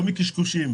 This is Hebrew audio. לא מקשקושים.